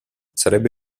sarebbe